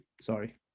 Sorry